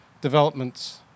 developments